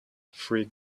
three